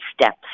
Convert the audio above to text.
steps